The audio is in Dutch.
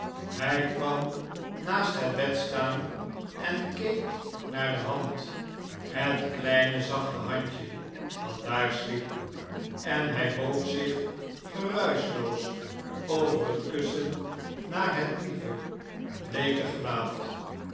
hij kwam naast het bed staan en keek naar de hand het kleine zachte handje dat daar sliep en hij boog zich geruischloos over het kussen naar het lieve bleeke gelaat